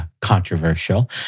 controversial